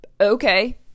Okay